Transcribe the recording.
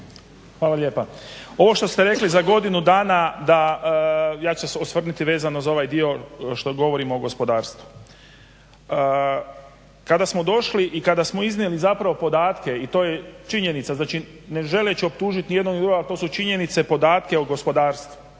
Hvala lijepa. Ovo što ste rekli za godinu dana da, ja ću se osvrnuti vezano za ovaj dio što govorimo o gospodarstvu. Kada smo došli i kada smo iznijeli zapravo podatke i to je činjenica, znači ne želeći optužiti ni jednog ni drugog, to su činjenice, podatke o gospodarstvu.